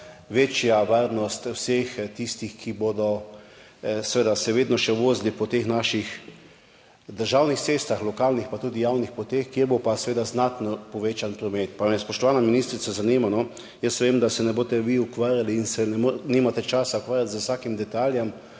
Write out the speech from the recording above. večja varnost vseh tistih, ki se bodo še vedno vozili po teh naših državnih cestah, lokalnih pa tudi javnih poteh, kjer bo pa znatno povečan promet. Spoštovana ministrica, vem, da se vi ne boste ukvarjali in se nimate časa ukvarjati z vsakim detajlom,